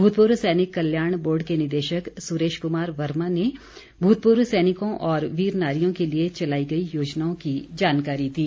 भूतपूर्व सैनिक कल्याण बोर्ड के निदेशक सुरेश कुमार वर्मा ने भूतपूर्व सैनिकों और वीर नारियों के लिए चलाई गई योजनाओं की जानकारी दी